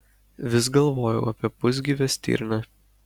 vis galvojau apie pusgyvę stirną